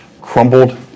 crumbled